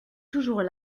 toujours